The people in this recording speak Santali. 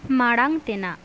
ᱢᱟᱲᱟᱝ ᱛᱮᱱᱟᱜ